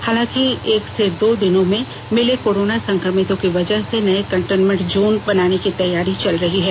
हालांकि एक से दो दिनों में मिले कोरोना संकमितों की वजह से नये कंटेनमेंट जोन बनाने तैयारी चल रही है